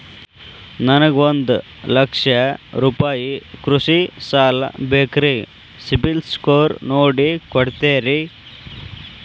ನನಗೊಂದ ಲಕ್ಷ ರೂಪಾಯಿ ಕೃಷಿ ಸಾಲ ಬೇಕ್ರಿ ಸಿಬಿಲ್ ಸ್ಕೋರ್ ನೋಡಿ ಕೊಡ್ತೇರಿ?